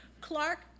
Clark